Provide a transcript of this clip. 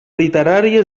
literària